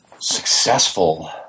successful